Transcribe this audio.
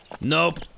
Nope